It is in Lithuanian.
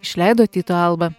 išleido tyto alba